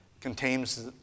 contains